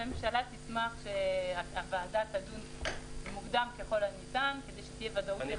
הממשלה תשמח שהוועדה תדון מוקדם ככל הניתן כדי שתהיה ודאות לציבור.